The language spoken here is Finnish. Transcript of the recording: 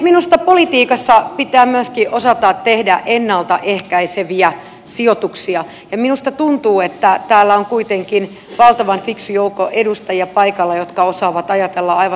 minusta politiikassa pitää myöskin osata tehdä ennalta ehkäiseviä sijoituksia ja minusta tuntuu että täällä on kuitenkin paikalla valtavan fiksu joukko edustajia jotka osaavat ajatella aivan samalla tavalla